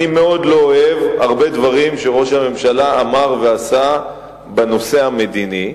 אני מאוד לא אוהב הרבה דברים שראש הממשלה אמר ועשה בנושא המדיני.